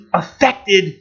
affected